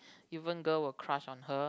even girl will crush on her